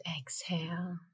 exhale